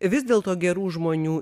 vis dėl to gerų žmonių